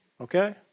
okay